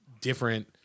different